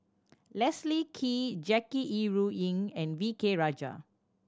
Leslie Kee Jackie Yi Ru Ying and V K Rajah